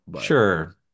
Sure